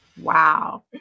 Wow